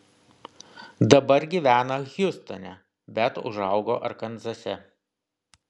dabar gyvena hjustone bet užaugo arkanzase